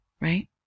right